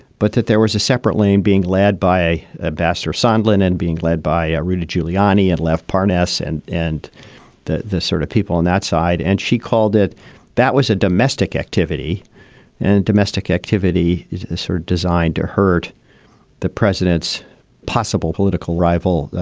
but that there was a separate lane being led by a bastard. sandlin and being led by rudy giuliani and left parnas. and and the the sort of people on that side, and she called it that was a domestic activity and domestic activity this are designed to hurt the president's possible political rival,